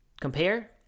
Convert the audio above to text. compare